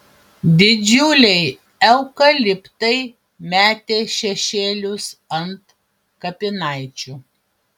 didžiuliai eukaliptai metė šešėlius ant kapinaičių